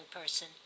person